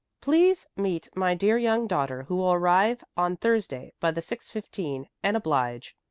please meet my dear young daughter, who will arrive on thursday by the six fifteen, and oblige,